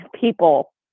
people